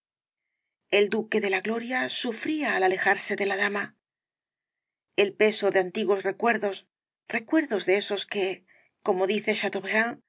el duque de la gloria sufría al alejarse de la dama rosalía de castro el peso de antiguos recuerdos recuerdos de esos que como dice